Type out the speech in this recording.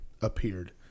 Appeared